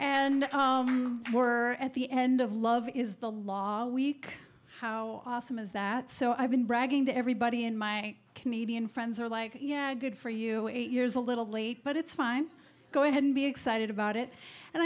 and were at the end of love is the law week how awesome is that so i've been bragging to everybody and my canadian friends are like yeah good for you eight years a little late but it's fine go ahead and be excited about it and